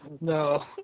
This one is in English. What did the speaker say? No